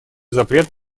запрет